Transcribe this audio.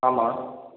ஆமாம்